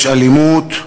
יש אלימות,